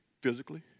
physically